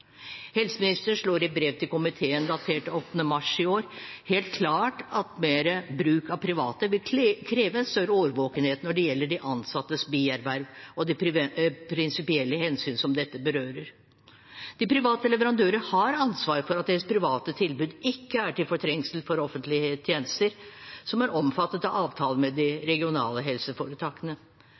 Helseministeren slår helt klart fast i brev til komiteen datert 9. mars i år at mer bruk av private vil kreve en større årvåkenhet når det gjelder de ansattes biarbeid og de prinsipielle hensyn som dette berører. De private leverandørene har ansvaret for at deres private tilbud ikke er til fortrengsel for offentlige tjenester som er omfattet av avtalen med de regionale helseforetakene.